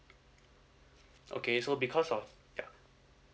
okay so because of ya